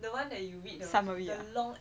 summary ah